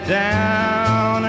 down